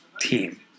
team